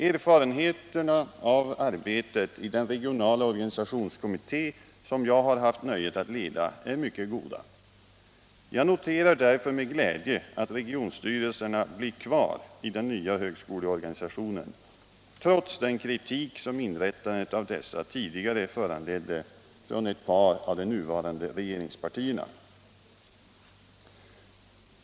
Erfarenheterna av arbetet i den regionala organisationskommitté som jag har haft nöjet att leda har varit mycket goda. Jag noterar därför med glädje att regionstyrelserna blir kvar i den nya högskoleorganisationen — trots den kritik som inrättandet av dessa tidigare föranledde från ett par av de nuvarande regeringspartierna.